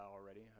already